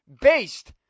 based